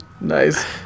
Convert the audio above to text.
Nice